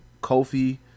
Kofi